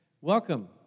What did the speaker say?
welcome